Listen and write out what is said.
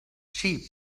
sheep